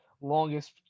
longest